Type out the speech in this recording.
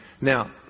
Now